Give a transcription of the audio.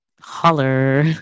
Holler